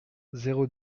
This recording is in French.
zéro